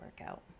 workout